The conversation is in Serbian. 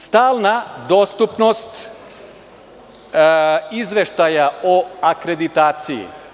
Stalna dostupnost izveštaja o akreditaciji.